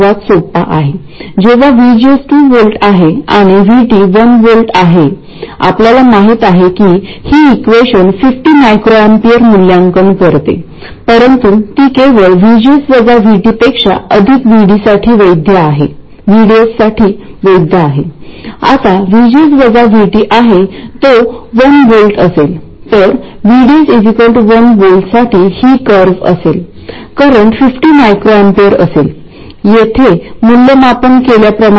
steady state मध्ये ID साधारणपणे 200 μA किंवा I0 च्या बरोबरीत असणे आवश्यक आहे हे ओळखून तुम्ही कॅल्क्युलेशन करा